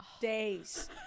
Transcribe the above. days